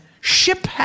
ship